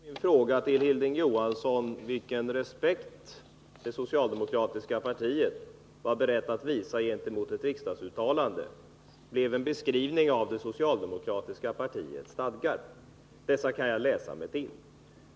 Herr talman! Svaret på min fråga till Hilding Johansson om vilken respekt det socialdemokratiska partiet var berett att visa gentemot ett riksdagsuttalande blev en beskrivning av det socialdemokratiska partiets stadgar. Dessa kan jag själv läsa.